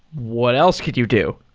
what else could you do?